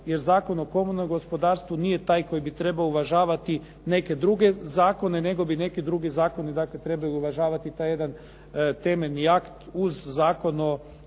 jer Zakon o komunalnom gospodarstvu nije taj koji bi trebao uvažavati neke druge zakone, nego bi neki drugi zakoni trebali uvažavati taj jedan temeljni akt uz Zakon o lokalnoj samoupravi